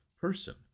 person